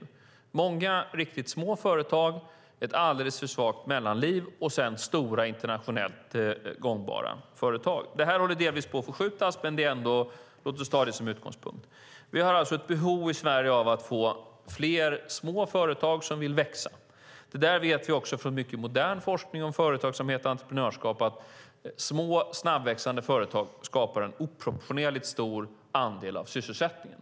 Vi har många riktigt små företag, ett alldeles för smalt mittparti och stora, internationellt gångbara företag. Det här håller delvis på att förskjutas, men låt oss ändå ha det som utgångspunkt. Vi har alltså ett behov i Sverige av att få fler små företag som vill växa. Vi vet också från modern forskning om företagsamhet och entreprenörskap att små, snabbväxande företag skapar en oproportionerligt stor andel av sysselsättningen.